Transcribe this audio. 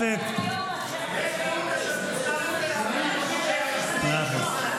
אנחנו הבנו שאתה ראש ממשלה של "לא ולא ולא".